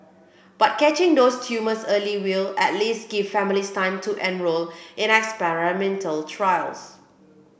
but catching those tumours early will at least give families time to enrol in experimental trials